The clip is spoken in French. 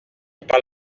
par